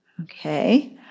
Okay